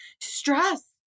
Stress